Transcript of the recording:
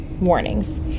warnings